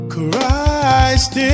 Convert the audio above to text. Christ